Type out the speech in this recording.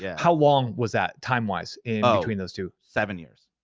yeah how long was that time-wise in between those two seven years.